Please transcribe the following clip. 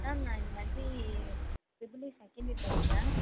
ma'am நான் இந்த மாதிரி ட்ரிபிள் இ செக்கெண்ட் இயர் படிக்கிறேன்